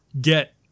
get